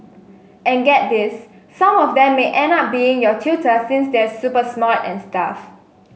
and get this some of them may end up being your tutor since they're super smart and stuff